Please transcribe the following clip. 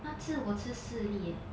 那次我吃四粒 leh